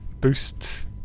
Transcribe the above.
boost